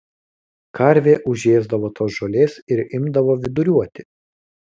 karvė užėsdavo tos žolės ir imdavo viduriuoti